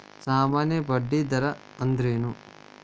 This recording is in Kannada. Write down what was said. ಸಾಮಾನ್ಯ ಬಡ್ಡಿ ದರ ಅಂದ್ರೇನ?